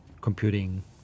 computing